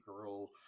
girl